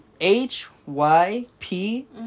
H-Y-P